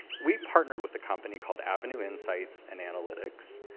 we partnered with a company called avenu insights and analytics.